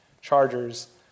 chargers